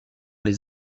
les